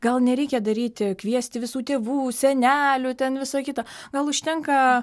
gal nereikia daryti kviesti visų tėvų senelių ten visa kita gal užtenka